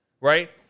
right